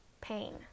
pain